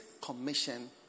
commission